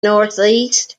northeast